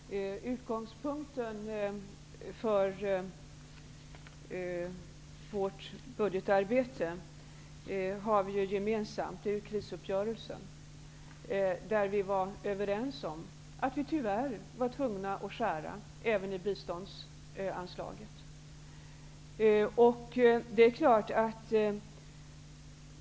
Herr talman! Utgångspunkten för vårt budgetarbete är gemensam. Det är krisuppgörelsen. Vi var överens om att vi tyvärr var tvungna att skära även i biståndsanslaget.